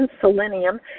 selenium